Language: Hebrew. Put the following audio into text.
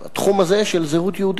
בתחום הזה של זהות יהודית.